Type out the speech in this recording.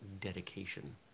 dedication